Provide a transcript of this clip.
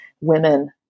women